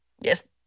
Yes